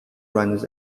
runs